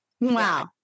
Wow